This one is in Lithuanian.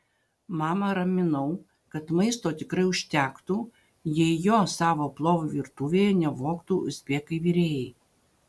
mamą raminau kad maisto tikrai užtektų jei jo savo plovui virtuvėje nevogtų uzbekai virėjai